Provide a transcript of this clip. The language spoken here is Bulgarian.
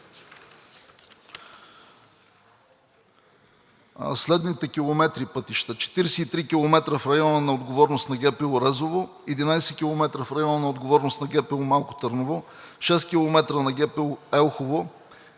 следните километри пътища: 43 км – в района на отговорност на ГПУ – Резово; 11 км – в района на отговорност на ГПУ – Малко Търново; 6 км – на ГПУ – Елхово,